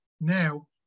now